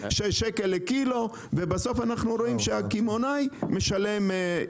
שישה שקלים לקילו ובסוף אנחנו רואים שהצרכן משלם יותר.